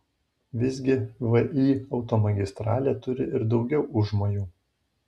visgi vį automagistralė turi ir daugiau užmojų